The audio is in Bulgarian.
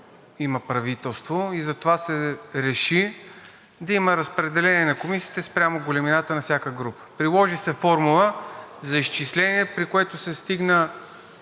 има правителство. Затова се реши да има разпределение на комисиите спрямо големината на всяка група. Приложи се формула за изчисление, при което се стигна